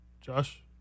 Josh